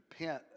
Repent